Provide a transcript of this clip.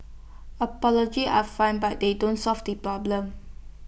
apology are fine but they don't solve the problem